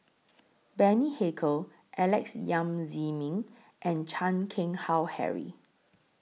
Bani Haykal Alex Yam Ziming and Chan Keng Howe Harry